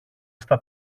στα